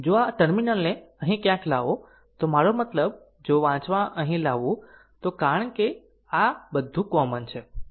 જો આ ટર્મિનલને અહીં ક્યાંક લાવો તો મારો મતલબ જો વાંચવા અહીં લાવવું તો કારણ કે આ તે છે આ બધું કોમન છે